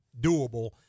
doable